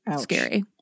scary